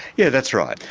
yeah, that's right,